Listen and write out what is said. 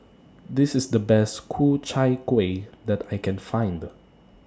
This IS The Best Ku Chai Kueh that I Can Find